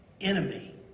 enemy